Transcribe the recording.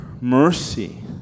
mercy